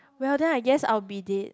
well then I guess I will be dead